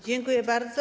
Dziękuję bardzo.